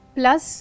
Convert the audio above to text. plus